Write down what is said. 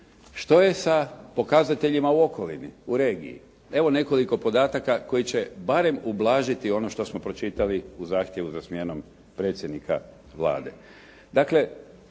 Što je sa pokazateljima u okolini, u regiji? Evo nekoliko podataka koji će barem ublažiti ono što smo pročitali u zahtjevu za smjenom predsjednika Vlade.